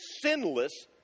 sinless